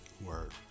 Word